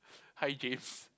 hi James